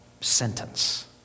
sentence